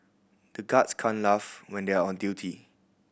the guards can't laugh when they are on duty